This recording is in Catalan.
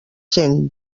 sent